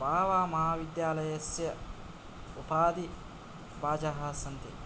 बहवः महाविद्यालयस्य उपाधि उपाजः सन्ति